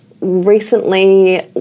recently